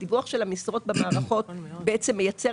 הדיווח של המשרות במערכות בעצם מייצר